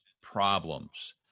problems